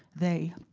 they,